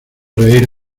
reír